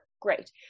great